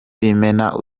b’imena